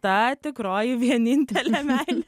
ta tikroji vienintelė meilė